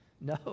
No